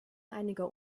einiger